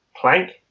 plank